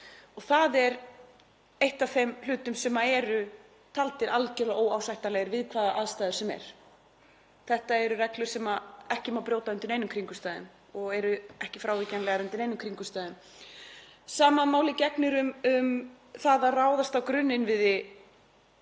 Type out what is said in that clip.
á. Það er einn af þeim hlutum sem eru taldir algerlega óásættanlegir við hvaða aðstæður sem er. Þetta eru reglur sem ekki má brjóta undir neinum kringumstæðum og eru ekki frávíkjanlegar undir neinum kringumstæðum. Sama máli gegnir um það að ráðast á grunninnviði,